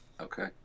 Okay